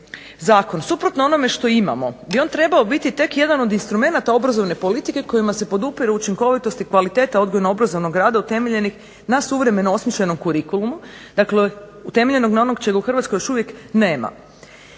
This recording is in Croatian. zakon suprotno onome što imamo bi on trebao biti tek jedan od instrumenata obrazovne politike kojima se podupire učinkovitost i kvaliteta odgojno obrazovnog rada utemeljenih na suvremeno osmišljenom kurikulumu dakle utemeljenog na onome čega u Hrvatskoj još uvijek nema.